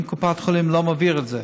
אם קופת חולים לא מעבירה את זה.